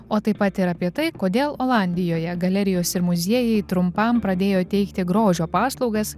o taip pat ir apie tai kodėl olandijoje galerijos ir muziejai trumpam pradėjo teikti grožio paslaugas